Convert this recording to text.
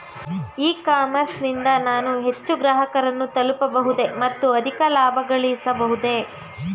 E commerce ನಿಂದ ನಾನು ಹೆಚ್ಚು ಗ್ರಾಹಕರನ್ನು ತಲುಪಬಹುದೇ ಮತ್ತು ಅಧಿಕ ಲಾಭಗಳಿಸಬಹುದೇ?